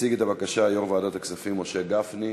יציג את הבקשה יו"ר ועדת הכספים משה גפני,